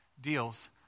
deals